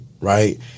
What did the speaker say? right